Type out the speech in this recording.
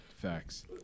facts